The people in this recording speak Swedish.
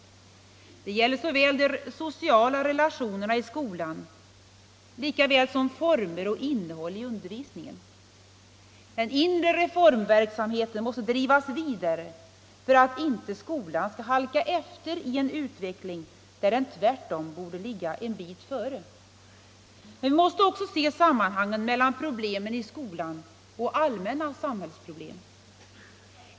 Det gäller såväl de sociala relationerna i skolan som former och innehåll i undervisningen. Den inre reformverksamheten måste drivas vidare för att inte skolan skall halka efter i en utveckling där den tvärtom borde ligga en bit före. Men vi måste också se sammanhangen mellan problemen i skolan och allmänna samhällsproblem.